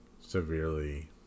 severely